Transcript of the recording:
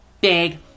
big